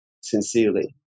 sincerely